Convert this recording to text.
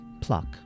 pluck